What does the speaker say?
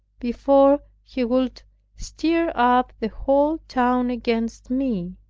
before he would stir up the whole town against me,